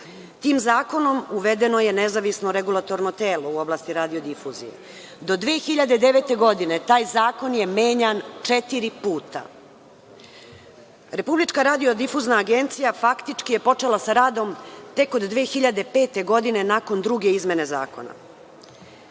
Tim zakonom uvedeno je nezavisno regulatorno telo u oblasti radiodifuzije. Do 2009. godine taj zakon je menjan četiri puta. Republička radiodifuzna agencija faktički je počela sa radom tek od 2005. godine, nakon druge izmene zakona.